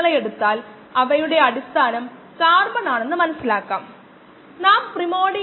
ഇത് ഒരു water tanker എങ്ങനെയെന്ന് കാണാൻ നമ്മുടെ ഭാവന ഉപയോഗിക്കാൻ ഞാൻ ആഗ്രഹിക്കുന്നു